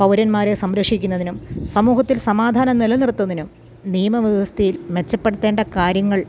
പൗരന്മാരെ സംരക്ഷിക്കുന്നതിനും സമൂഹത്തിൽ സമാധാനം നിലനിർത്തുന്നതിനും നിയമ വ്യവസ്ഥയിൽ മെച്ചപ്പെടുത്തേണ്ട കാര്യങ്ങൾ